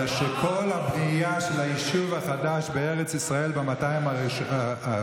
אלא שכל הבנייה של היישוב החדש בארץ ישראל ב-200 השנים